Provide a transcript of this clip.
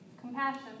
compassion